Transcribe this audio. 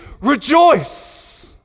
rejoice